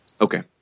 Okay